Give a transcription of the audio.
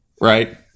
right